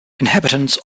inhabitants